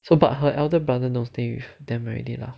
so but her elder brother no stay with them already lah